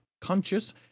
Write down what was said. conscious